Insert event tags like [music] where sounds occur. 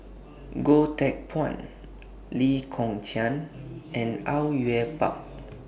Goh Teck Phuan Lee Kong Chian and [noise] Au Yue Pak